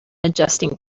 adjusting